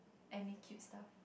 any cute stuff